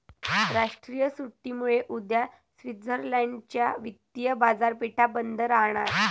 राष्ट्रीय सुट्टीमुळे उद्या स्वित्झर्लंड च्या वित्तीय बाजारपेठा बंद राहणार